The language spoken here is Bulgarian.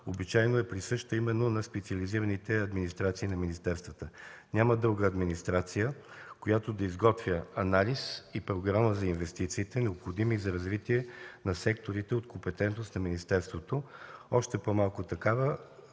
обичайно е присъща именно на специализираните администрации на министерствата. Няма друга администрация, която да изготвя анализ и програма за инвестициите, необходими за развитие на секторите от компетентност на министерството, още по-малко такива,